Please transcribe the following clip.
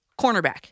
cornerback